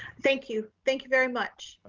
thank you. thank you very much.